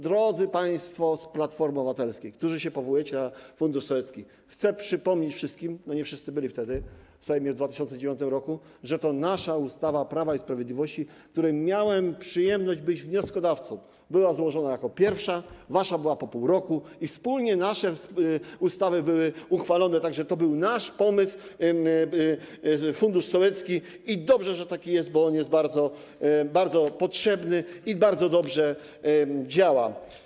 Drodzy państwo z Platformy Obywatelskiej, którzy powołujecie się na fundusz sołecki, chcę przypomnieć wszystkim, nie wszyscy byli wtedy w Sejmie w 2009 r., że to nasza ustawa, Prawa i Sprawiedliwości, której miałem przyjemność być wnioskodawcą, była złożona jako pierwsza, a wasza była po pół roku i wspólnie nasze ustawy były uchwalone, tak że to był nasz pomysł: fundusz sołecki, i dobrze, że taki jest, bo on jest bardzo potrzebny i bardzo dobrze działa.